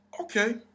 Okay